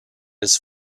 his